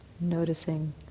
Noticing